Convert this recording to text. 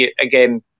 again